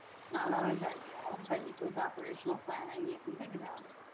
it's not always ideal, but with operational planning, you can think about it.